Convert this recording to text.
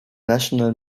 national